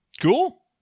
Cool